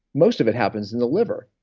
most of it happens in the liver.